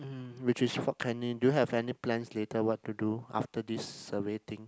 mm which is Fort-Canning do you have any plan later what to do after this survey thing